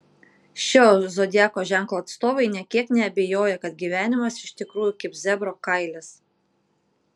šio zodiako ženklo atstovai nė kiek neabejoja kad gyvenimas iš tikrųjų kaip zebro kailis